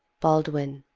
baldwin,